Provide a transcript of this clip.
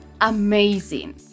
amazing